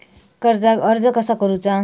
कर्जाक अर्ज कसा करुचा?